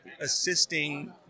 assisting